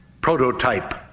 prototype